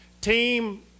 team